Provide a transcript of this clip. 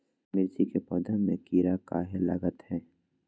मिर्च के पौधा में किरा कहे लगतहै?